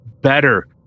better